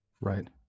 right